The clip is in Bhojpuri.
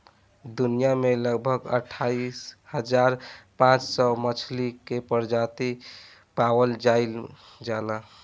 दुनिया में लगभग अठाईस हज़ार पांच सौ मछली के प्रजाति पावल जाइल जाला